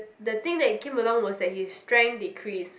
the thing that came along was that his strength decrease